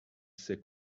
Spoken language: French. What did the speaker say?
s’est